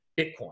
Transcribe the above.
Bitcoin